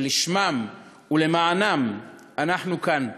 שלשמם ולמענם אנחנו כאן.